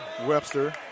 Webster